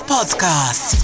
Podcast